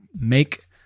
make